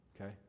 Okay